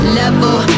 level